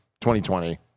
2020